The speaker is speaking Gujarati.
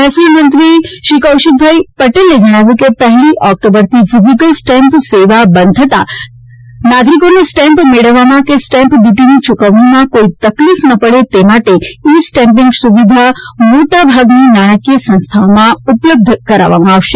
મહેસિલ મંત્રીશ્રી કૌશિક પટેલે કહ્યું છે કે પહેલી ઓક્ટોબરથી ફીઝીકલ સ્ટેમ્પ સેવા બંધ થતા નાગરીકોને સ્ટેમ્પ મેળવવામાં કે સ્ટેમ્પ ડ્યુટીની ચૂકવણીમાં કોઇ તકલીફ ના પડે તે માટે ઈ સ્ટેમ્પીંગ સુવિધા મોટાભાગે નાણાકીય સંસ્થાઓમાં ઉપલબ્ધ કરવામાં આવશે